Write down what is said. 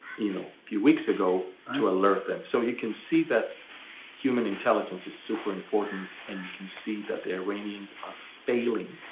you know, a few weeks ago to alert them. so you can see that human intelligence is super important and you can see that the iranians are failing.